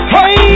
Hey